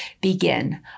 Begin